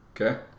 Okay